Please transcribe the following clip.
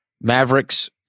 Mavericks